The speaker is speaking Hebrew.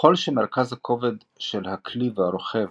ככל שמרכז הכובד של הכלי והרוכב